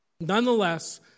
Nonetheless